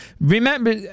Remember